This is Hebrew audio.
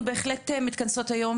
אנחנו מתכנסות היום